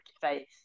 face